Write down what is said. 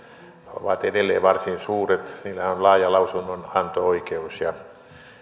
ovat edelleen varsin suuret niillä on laaja lausunnonanto oikeus ja